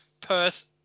perth